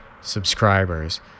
subscribers